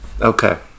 Okay